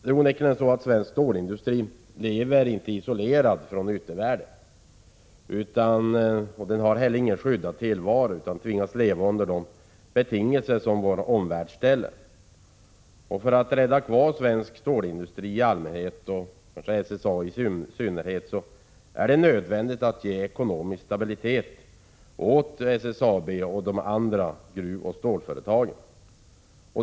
Det är onekligen så att svensk stålindustri inte lever isolerad från yttervärlden. Den har heller ingen skyddad tillvaro utan tvingas leva under de betingelser som vår omvärld ställer. För att rädda kvar svensk stålindustri och i synnerhet SSAB är det nödvändigt att ge ekonomisk stabilitet åt SSAB och de andra gruvoch stålföretagen.